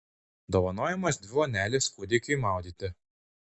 dovanojamos dvi vonelės kūdikiui maudyti